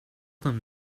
them